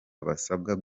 basabwaga